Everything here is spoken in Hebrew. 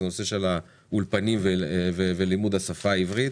זה הנושא של האולפנים ולימוד השפה העברית.